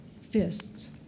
fists